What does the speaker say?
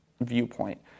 viewpoint